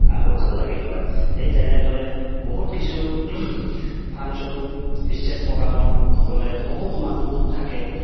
আৰু ভাল লাগিল হয় সেই তেনেদৰে বহুত কিছু ফাংচন ষ্টেজ প্ৰগ্ৰেমত গ'লে বহুত মানুহ থাকে